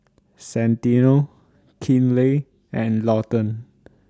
Santino Kinley and Lawton